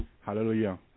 hallelujah